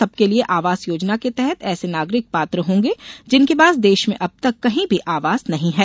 सबके लिये आवास योजना के तहत ऐसे नागरिक पात्र होंगे जिनके पास देश में अब तक कहीं भी आवास नहीं है